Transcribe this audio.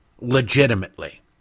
Legitimately